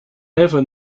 never